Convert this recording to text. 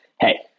hey